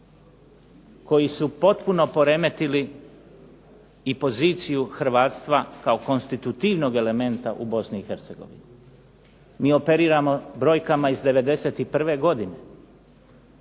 koji su potpuno poremetili i poziciju hrvatska kao konstitutivnog elementa u Bosni i Hercegovini. Mi operiramo brojkama iz '91. godine.